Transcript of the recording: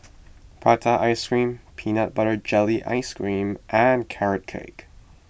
Prata Ice Cream Peanut Butter Jelly Ice Cream and Carrot Cake